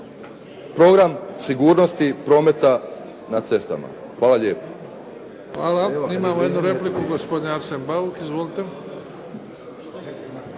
program sigurnosti prometa na cestama. Hvala lijepo. **Bebić, Luka (HDZ)** Hvala. Imamo jednu repliku, gospodin Arsen Bauk. Izvolite.